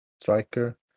Striker